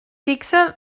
fixe